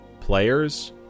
players